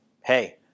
hey